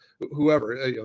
whoever